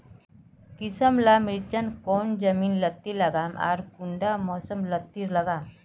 किसम ला मिर्चन कौन जमीन लात्तिर लगाम आर कुंटा मौसम लात्तिर लगाम?